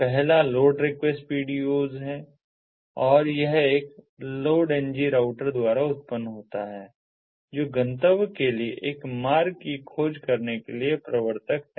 पहला load request PDOs है और यह एक LOADng राउटर द्वारा उत्पन्न होता है जो गंतव्य के लिए एक मार्ग की खोज करने के लिए प्रवर्तक है